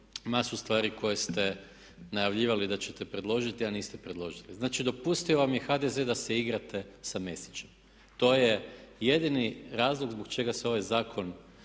masu stvari koje ste najavljivali da ćete predložiti a niste predložili. Znači, dopustio vam je HDZ da se igrate sa Mesićem. To je jedini razlog zbog čega se ovaj zakon